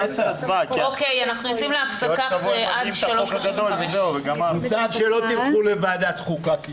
אוקיי, אנחנו יוצאים להפסקה עד 15:35. (הישיבה